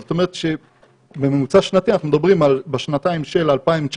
זאת אומרת שבממוצע שנתי אנחנו מדברים על כך שבשנתיים של 2019,